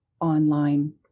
online